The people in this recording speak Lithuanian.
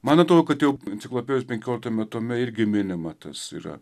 man atrodo kad jau enciklopedijos penkioliktame tome irgi minima tas yra